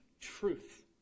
truth